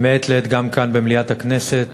ומעת לעת גם כאן במליאת הכנסת: